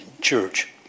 church